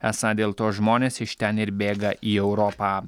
esą dėl to žmonės iš ten ir bėga į europą